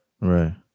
right